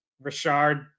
Richard